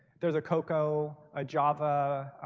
there's a coco, a java,